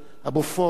"בופור",